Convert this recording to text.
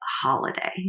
holiday